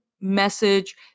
message